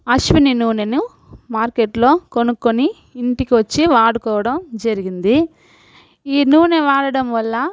అశ్విని నూనెను మార్కెట్లో కొనుక్కొని ఇంటికొచ్చి వాడుకోవడం జరిగింది ఈ నూనె వాడడం వల్ల